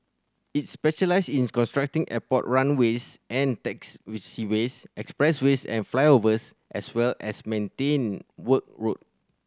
it specialises in constructing airport runways and taxi expressways and flyovers as well as work for road